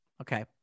okay